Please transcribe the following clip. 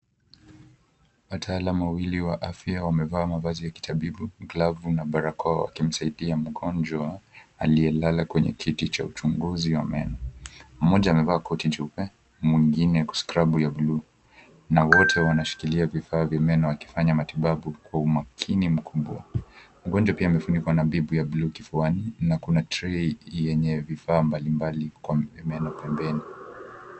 Wataalam wawili wa afya wamevaa mavazi ya kitabibu glavu na barakoa wakimsaidia mgonjwa aliyelala kwenye kiti cha uchunguzi wa meno, mmoja amevaa koti jeupe na mwingine scrabu ya bluu na wote wanashikilia vifaa vya meno wakifanya matibabu kwa umakini mkubwa, mgonjwa amefunikwa na bib ya blue kifuani na kuna trei yenye vifaa mbali mbali kwa meno pembeni.